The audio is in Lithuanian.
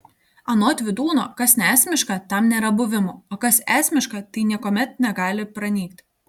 anot vydūno kas neesmiška tam nėra buvimo o kas esmiška tai niekuomet negali pranykti